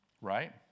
right